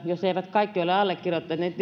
jos eivät kaikki ole allekirjoittaneet